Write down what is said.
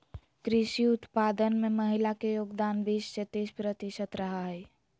कृषि उत्पादन में महिला के योगदान बीस से तीस प्रतिशत रहा हइ